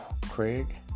Craig